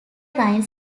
rhine